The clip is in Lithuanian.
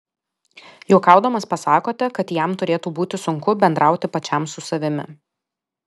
juokaudamas pasakote kad jam turėtų būti sunku bendrauti pačiam su savimi